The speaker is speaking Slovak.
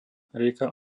rieka